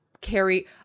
carry